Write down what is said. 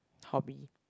hobby